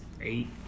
eight